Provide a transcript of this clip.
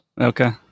okay